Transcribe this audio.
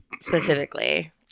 specifically